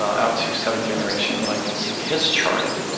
out to seven generations, and i can see his chart.